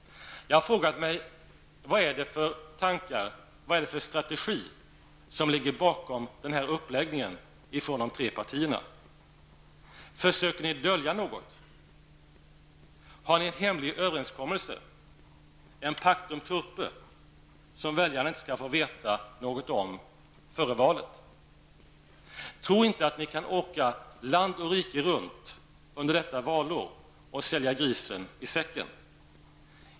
Jag har frågat mig vilka tankar och vilken strategi som ligger bakom uppläggningen ifrån de tre partierna. Försöker ni dölja något? Har ni en hemlig överenskommelse, en pactum turpe, som väljarna inte skall få veta något om före valet? Tro inte att ni kan åka land och rike runt under detta valår och sälja grisen i säcken.